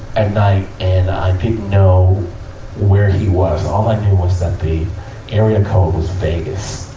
and i didn't know where he was ah and was ah the area code was vegas.